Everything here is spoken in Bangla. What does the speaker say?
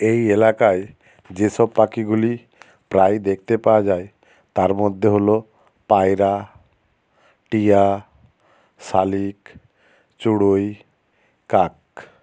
এই এলাকায় যে সব পাখিগুলি প্রায়ই দেখতে পাওয়া যায় তার মধ্যে হল পায়রা টিয়া শালিক চড়ুই কাক